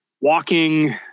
walking